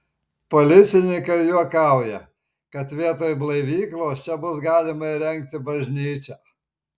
policininkai juokauja kad vietoj blaivyklos čia bus galima įrengti bažnyčią